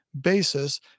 basis